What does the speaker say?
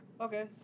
Okay